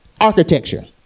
architecture